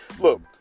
look